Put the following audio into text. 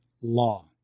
law